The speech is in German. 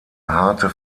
harte